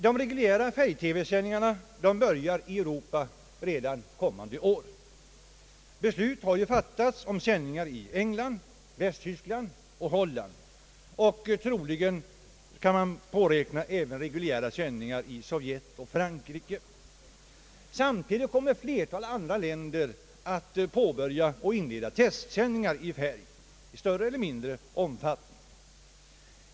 De reguljära färg-TV sändningarna börjar i Europa redan kommande år. Beslut om sådana sändningar har fattats i England, Västtyskland och Holland, och troligen kan man påräkna reguljära sändningar av färg TV även i Sovjet och Frankrike. Samtidigt kommer ett flertal andra länder att inleda testsändningar i färg, i större eller mindre omfattning.